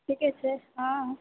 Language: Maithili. ठीके छै हँ